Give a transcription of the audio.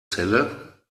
celle